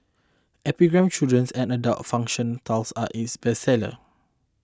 epigram's children's and adult fiction titles are its bestsellers